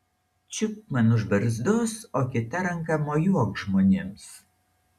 čiupk man už barzdos o kita ranka mojuok žmonėms